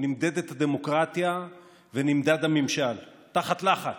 נמדדת הדמוקרטיה ונמדד הממשל תחת לחץ.